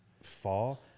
fall